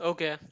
Okay